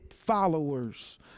followers